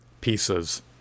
pieces